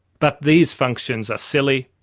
but these functions are silly.